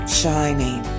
shining